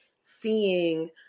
seeing